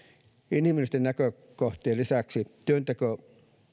inhimillisten näkökohtien lisäksi työnteko